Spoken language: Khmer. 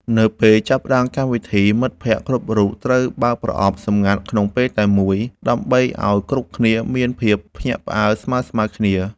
នៅពេលចាប់ផ្ដើមកម្មវិធី មិត្តភក្តិគ្រប់រូបត្រូវបើកប្រអប់សម្ងាត់ក្នុងពេលតែមួយ ដើម្បីឱ្យគ្រប់គ្នាមានភាពភ្ញាក់ផ្អើលស្មើៗគ្នា។